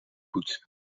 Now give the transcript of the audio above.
poetsen